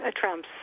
Trump's